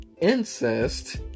incest